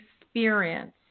experience